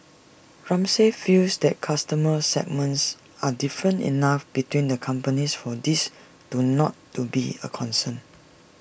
Ramsay feels that customer segments are different enough between the companies for this to not T to be A concern